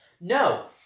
No